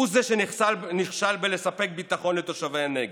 הוא זה שנכשל בלספק ביטחון לתושבי הנגב.